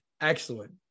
Excellent